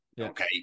okay